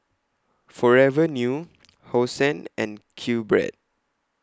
Forever New Hosen and QBread